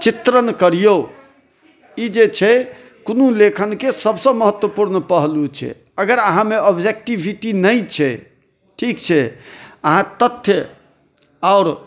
चित्रण करियौ ई जे छै कोनो लेखन के सबसे महत्वपूर्ण पहलू छै अगर अहाँमे आब्जेक्टिविटी नहि छै ठीक छै अहाँ तथ्य आओर